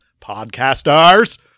Podcasters